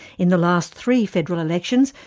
in the last three federal elections,